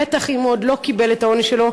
בטח אם הוא עוד לא קיבל את העונש שלו,